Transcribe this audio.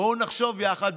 בואו נחשוב יחד.